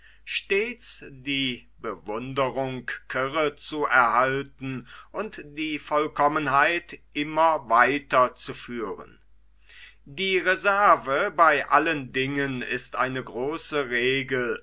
stets mit bewundrung kirre zu erhalten und die vollkommenheit immer weiter zu führen die reserve bei allen dingen ist eine große regel